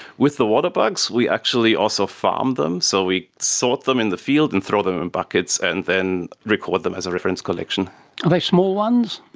with the water bugs we actually also farm them, so we sort them in the field and throw them in buckets and then record them as a reference collection. are they small ones?